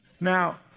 now